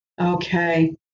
Okay